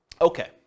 Okay